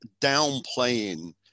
downplaying